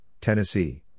Tennessee